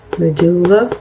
medulla